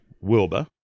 Wilbur